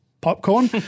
popcorn